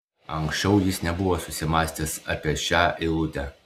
anksčiau jis nebuvo susimąstęs apie šią eilutę